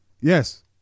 Yes